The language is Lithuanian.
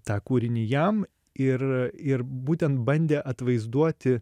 tą kūrinį jam ir ir būtent bandė atvaizduoti